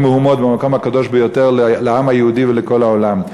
מהומות במקום הקדוש ביותר לעם היהודי ולכל העולם.